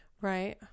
right